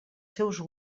seus